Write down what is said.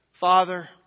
Father